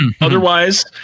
otherwise